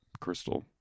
Crystal